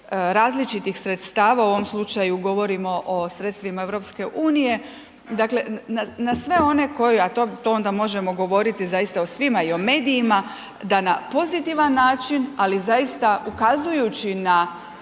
različitih sredstava, u ovom slučaju govorimo o sredstvima EU-a, dakle na sve one koji a to onda možemo govoriti zaista o svima i o medijima, da na pozitivan način ali zaista ukazujući na